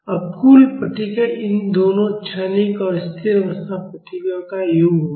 अब कुल प्रतिक्रिया इन दोनों क्षणिक और स्थिर अवस्था प्रतिक्रियाओं का योग होगी